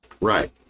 Right